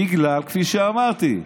בגלל, כפי שאמרתי,